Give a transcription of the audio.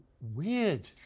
weird